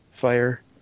fire